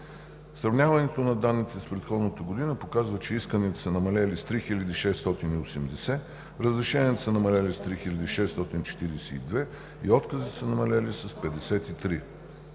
Сравняването на данните с предходната година показва, че исканията са намалели с 3680, разрешенията са намалели с 3642 и отказите са намалели с 53.